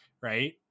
right